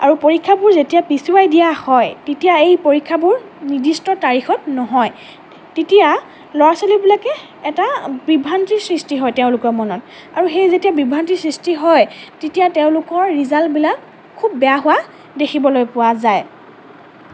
আৰু পৰীক্ষাবোৰ যেতিয়া পিছুৱাই দিয়া হয় তেতিয়া এই পৰীক্ষাবোৰ নিৰ্দিষ্ট তাৰিখত নহয় তেতিয়া ল'ৰা ছোৱালীবিলাকে এটা বিভ্ৰান্তিৰ সৃষ্টি হয় তেওঁলোকৰ মনত আৰু সেই যেতিয়া বিভ্ৰান্তিৰ সৃষ্টি হয় তেতিয়া তেওঁলোকৰ ৰিজাল্টবিলাক খুব বেয়া হোৱা দেখিবলৈ পোৱা